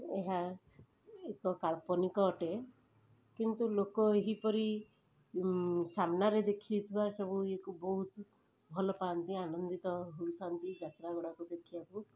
ସେ ଏହା ଏକ କାଳ୍ପନିକ ଅଟେ କିନ୍ତୁ ଲୋକ ଏହିପରି ସାମ୍ନାରେ ଦେଖିଥିବା ସବୁ ଇଏକୁ ବହୁତ ଭଲପାଆନ୍ତି ଆନନ୍ଦିତ ହୋଇଥାନ୍ତି ଯାତ୍ରାଗୁଡ଼ାକ ଦେଖିବାକୁ